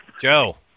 Joe